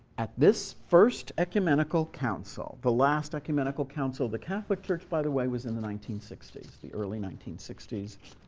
at this first ecumenical council the last ecumenical council of the catholic church, by the way, was in the nineteen sixty s, the early nineteen sixty s